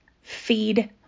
Feed